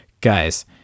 guys